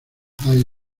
high